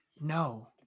No